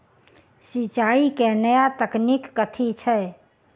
सिंचाई केँ नया तकनीक कथी छै?